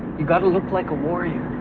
you gotta look like a warrior.